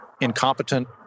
incompetent